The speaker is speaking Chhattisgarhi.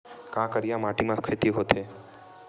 का करिया माटी म खेती होथे?